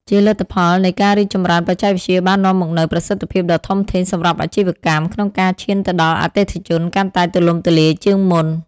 ជាលទ្ធផលនៃការរីកចម្រើនបច្ចេកវិទ្យាបាននាំមកនូវ ប្រសិទ្ធភាពដ៏ធំធេងសម្រាប់អាជីវកម្ម ក្នុងការឈានទៅដល់អតិថិជនកាន់តែទូលំទូលាយជាងមុន។